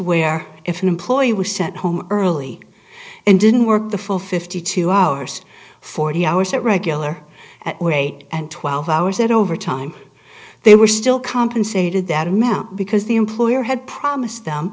where if an employee was sent home early and didn't work the full fifty two hours forty hours at regular at one eight and twelve hours at over time they were still compensated that amount because the employer had promised them